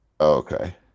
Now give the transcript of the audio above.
Okay